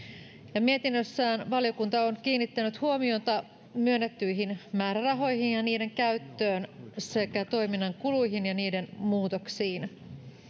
ja mietinnössään valiokunta on kiinnittänyt huomiota myönnettyihin määrärahoihin ja niiden käyttöön sekä toiminnan kuluihin ja niiden muutoksiin